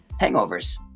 hangovers